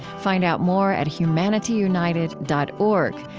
find out more at humanityunited dot org,